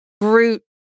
Groot